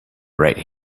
right